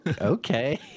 okay